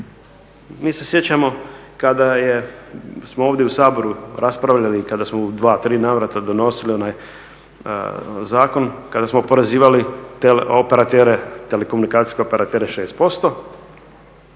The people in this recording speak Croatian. mi se sjećamo kada smo ovdje u Saboru raspravljali i kada smo u dva, tri navrata donosili onaj zakon kada smo oporezivali telekomunikacijske operatere 6%